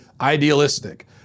idealistic